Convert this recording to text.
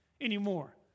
anymore